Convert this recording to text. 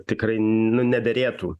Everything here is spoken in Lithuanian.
tikrai nu nederėtų